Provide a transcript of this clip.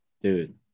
Dude